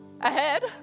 ahead